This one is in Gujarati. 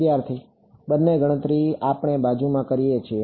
વિદ્યાર્થી બંને ગણતરી આપણે બાજુમાં કરીએ છીએ